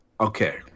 okay